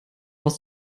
aus